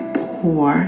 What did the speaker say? pour